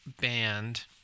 band